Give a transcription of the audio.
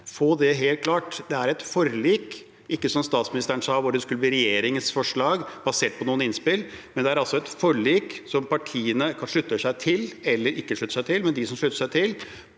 få det helt klart: Det er et forlik, og det er ikke som statsministeren sa, at det skulle bli regjeringens forslag, basert på noen innspill. Det er altså et forlik som partiene slutter seg til eller ikke slutter seg til, men de som slutter seg til